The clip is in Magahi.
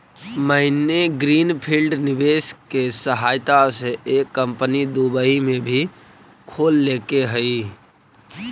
मैंने ग्रीन फील्ड निवेश के सहायता से एक कंपनी दुबई में भी खोल लेके हइ